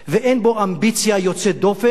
ואין בו אמביציה יוצאת דופן.